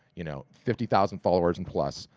you know fifty thousand followers and plus,